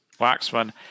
Waxman